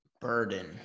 Burden